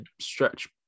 stretch